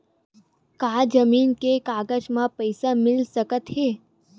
का जमीन के कागज म पईसा मिल सकत हे?